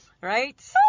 Right